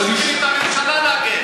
למה לא שולחים את הממשלה להגן?